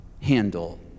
Handle